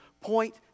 Point